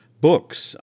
books